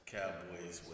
Cowboys